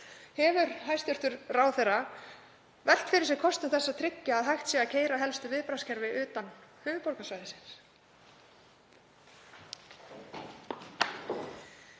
Hefur hæstv. ráðherra velt fyrir sér kostum þess að tryggja að hægt sé að keyra helstu viðbragðskerfi utan höfuðborgarsvæðisins?